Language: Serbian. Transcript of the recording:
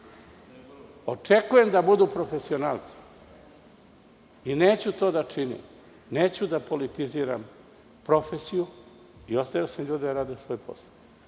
Očekujem da budu profesionalci i neću to da činim. Neću da politiziram profesiju i ostavio sam ljude da rade svoj posao.